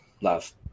love